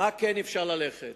מה כן אפשר לעשות,